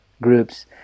groups